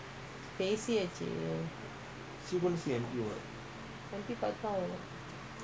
if don't get buyer how